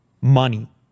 Money